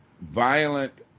Violent